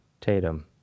Tatum